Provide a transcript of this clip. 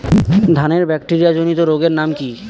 ধানের ব্যাকটেরিয়া জনিত রোগের নাম কি?